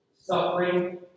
suffering